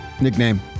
Nickname